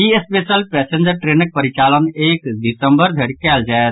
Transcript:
ई special passenger ट्रेनक परिचालन एक दिसंबर धरि कयल जायत